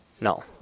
no